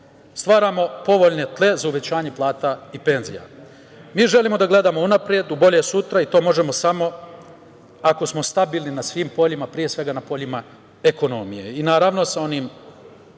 Stvaramo povoljno tlo za uvećanje plata i penzija. Mi želimo da gledamo unapred, u bolje sutra i to možemo samo ako smo stabilni na svim poljima, pre svega na poljima ekonomije. Naravno, sa onim